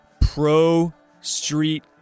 pro-street